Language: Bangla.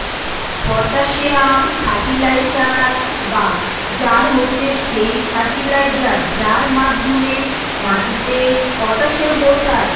পটাসিয়াম ফার্টিলাইসার বা সার হচ্ছে সেই ফার্টিলাইজার যার মাধ্যমে মাটিতে পটাসিয়াম পৌঁছায়